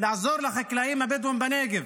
לעזור לחקלאים הבדואים בנגב